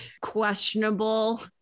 questionable